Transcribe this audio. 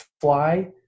fly